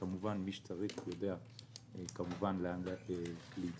כמובן, מי שצריך יודע לאן להתקשר.